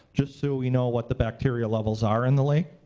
just so we know what the bacteria levels are in the lake,